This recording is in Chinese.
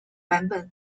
版本